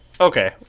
Okay